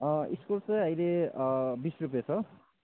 इस्कुस चाहिँ अहिले बिस रुपियाँ छ